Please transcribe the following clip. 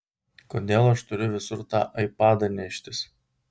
kodėl aš turiu visur tą aipadą neštis